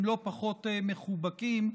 הם לא פחות מחובקים,